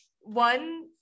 one